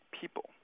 people